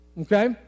Okay